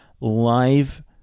live